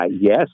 Yes